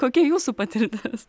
kokia jūsų patirtis